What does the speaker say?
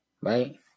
right